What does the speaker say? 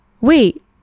Wait